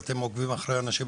ואתם עוקבים אחרי אנשים,